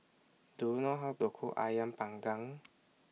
Do YOU know How to Cook Ayam Panggang